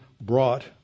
brought